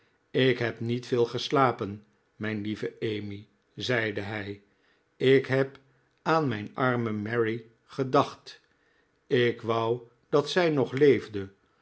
ik heb niet veel geslapen mijn lieve emmy zeide hij ik heb aan mijn arme mary gedacht ik wou dat zij nog leefde